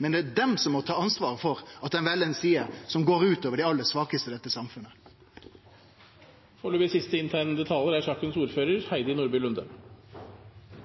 det er dei som må ta ansvaret for at dei vel ei side som går ut over dei aller svakaste i dette samfunnet. La meg takke for